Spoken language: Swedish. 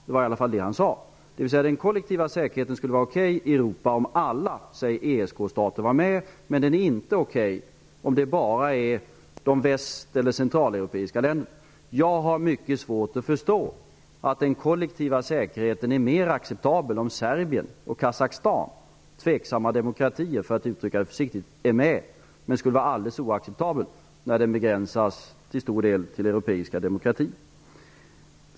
Det var i varje fall det han sade -- dvs. att den kollektiva säkerheten skulle vara okej i Europa om alla ESK stater var med, men att den inte är okej om bara de väst ller centraleuropeiska länderna är med. Jag har mycket svårt att förstå att den kollektiva säkerheten är mer acceptabel om Serbien och Kazachstan -- som är tveksamma demokratier, för att uttrycka det försiktigt -- är med, men att den skulle vara alldeles oacceptabel om den till stor del begränsas till europeiska demokratier.